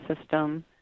system